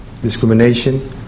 discrimination